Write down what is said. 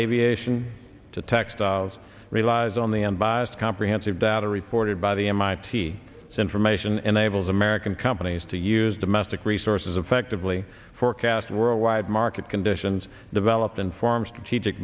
aviation to textiles relies on the unbiased comprehensive data reported by the mit this information enables american companies to use domestic resources affectively forecast worldwide market conditions develop and forms to achi